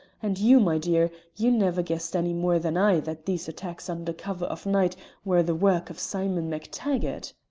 and you, my dear, you never guessed any more than i that these attacks under cover of night were the work of simon mactaggart.